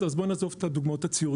לכן אני מציע לעזוב את הדוגמאות הציוריות.